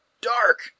dark